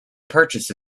purchase